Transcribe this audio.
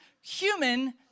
human